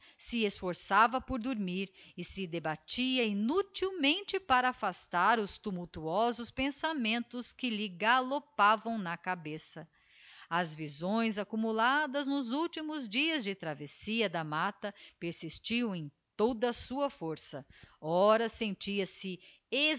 se esforçava por dormir e se debatia inutilmente para afastar os tumultuosos pensamentos que lhe galopavam na cabeça as visões accumuladas nos últimos dias de travessia da matta persistiam em toda a sua força ora sentia-se